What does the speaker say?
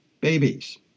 babies